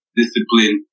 discipline